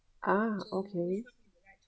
ah okay